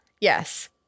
Yes